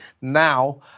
Now